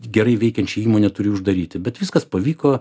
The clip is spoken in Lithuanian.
gerai veikiančią įmonę turi uždaryti bet viskas pavyko